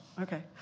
Okay